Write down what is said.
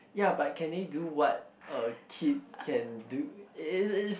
ya but can they do what a kid can do is is